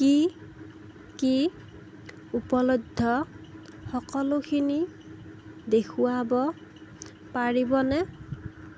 কি কি উপলব্ধ সকলোখিনি দেখুৱাব পাৰিবনে